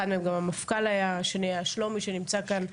באחד מהם נכח המפכ"ל, ובשני שלומי שנמצא כאן,